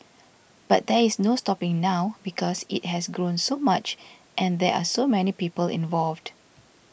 but there is no stopping now because it has grown so much and there are so many people involved